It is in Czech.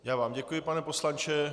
Já vám děkuji, pane poslanče.